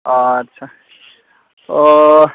अ आच्चा अ